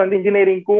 engineering